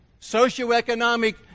socioeconomic